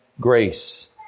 grace